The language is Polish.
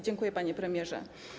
Dziękuję, panie premierze.